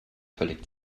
völlig